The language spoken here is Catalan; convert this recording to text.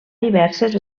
diverses